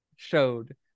showed